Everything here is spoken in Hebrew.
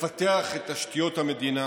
לפתח את תשתיות המדינה